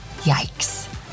Yikes